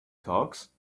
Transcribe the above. talks